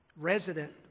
resident